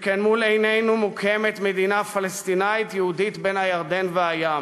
שכן מול עינינו מוקמת מדינה פלסטינית יהודית בין הירדן והים,